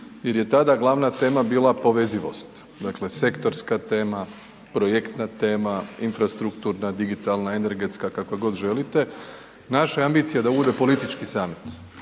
jer je tada glavna tema bila povezivost, dakle sektorska tema, projektna tema, infrastrukturna, digitalna, energetska, kakva god želite, naša ambicija je da bude politički samit,